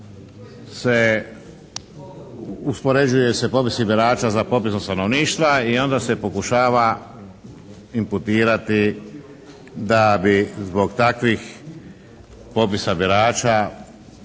uspoređuju se popisi birača sa popisom stanovništva i onda se pokušava imputirati da bi zbog takvih popisa birača